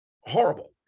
horrible